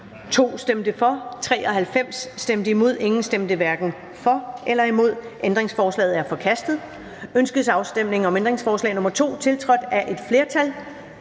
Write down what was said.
hverken for eller imod stemte 0. Ændringsforslaget er forkastet. Ønskes afstemning om ændringsforslag nr. 2, tiltrådt af et flertal